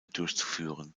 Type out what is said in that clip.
durchzuführen